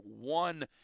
one